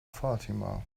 fatima